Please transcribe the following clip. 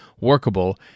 workable